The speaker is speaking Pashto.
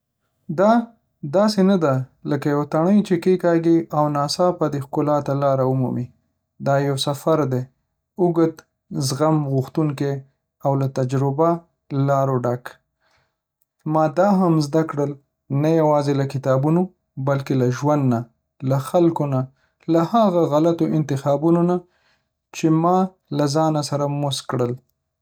دا داسې نه دی لکه یو تڼۍ چې کیکاږې او ناڅاپه دې ښکلا ته لار ومومي. دا یو سفر دی — اوږد، زغم‌غوښتونکی، او له تجربه‌لارو ډک. ما هم دا زده کړل، نه یوازې له کتابونو، بلکې له ژوند نه، له خلکو نه، له هغو غلطو انتخابونو نه چې ما له ځان سره موسک کړل